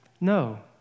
No